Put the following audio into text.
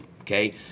okay